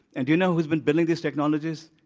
and you know who's been building these technologies?